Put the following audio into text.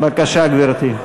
בבקשה, גברתי.